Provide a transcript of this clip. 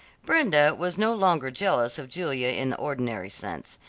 brenda was no longer jealous of julia in the ordinary sense.